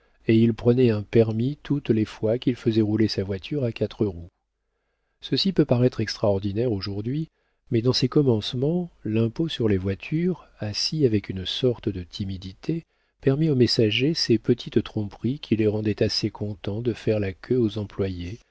et il prenait un permis toutes les fois qu'il faisait rouler sa voiture à quatre roues ceci peut paraître extraordinaire aujourd'hui mais dans ses commencements l'impôt sur les voitures assis avec une sorte de timidité permit aux messagers ces petites tromperies qui les rendaient assez contents de faire la queue aux employés